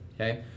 okay